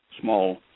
small